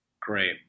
Great